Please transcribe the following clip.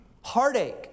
heartache